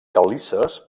quelícers